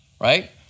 right